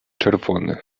czerwony